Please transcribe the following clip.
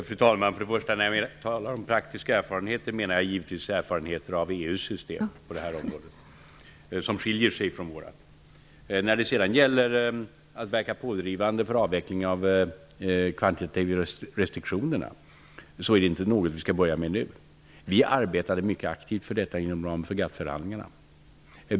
Fru talman! När vi talar om praktiska erfarenheter menar jag givetvis erfarenheter av EU:s system på det här området, som skiljer sig från våra. När det sedan gäller att verka pådrivande på avvecklingen av kvantitativrestriktionerna är det inte något vi skall börja med nu. Vi arbetade mycket aktivt för detta inom ramen för GATT förhandlingarna.